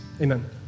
Amen